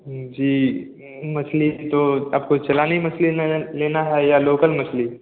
जी मछली तो आपको चलानी मछली न लेना है या लोकल मछली